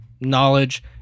knowledge